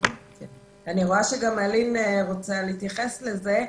אני רואה שגם אלין רוצה להתייחס לזה.